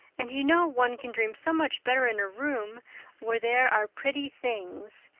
and you know one can dream so much better in a room where there are pretty things.